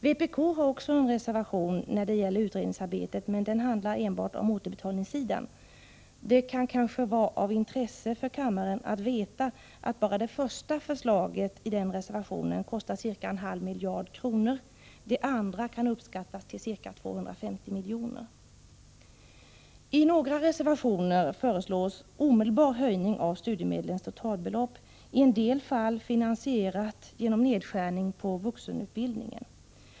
Vpk har också en reservation när det gäller utredningsarbetet, men den handlar enbart om återbetalningssidan. Det kan kanske vara av intresse för kammaren att veta att bara det första förslaget i den reservationen kostar ca en halv miljard. Det andra kan uppskattas till ca 250 miljoner. I några reservationer föreslås en omedelbar höjning av studiemedlens totalbelopp, i en del fall finansierat genom nedskärning på vuxenutbildningen.